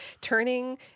turning